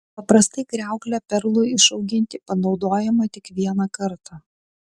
paprastai kriauklė perlui išauginti panaudojama tik vieną kartą